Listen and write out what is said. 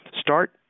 start